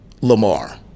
Lamar